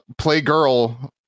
Playgirl